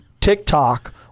TikTok